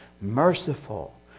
merciful